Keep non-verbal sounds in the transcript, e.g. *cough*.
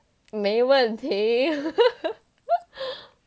没问题 *laughs*